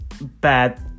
bad